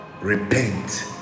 Repent